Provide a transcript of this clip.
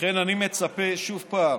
אני מצפה, שוב פעם,